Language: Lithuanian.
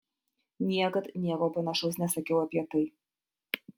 niekad nieko panašaus nesakiau apie tai